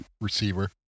Receiver